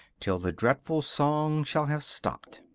till the dreadful song shall have stopped.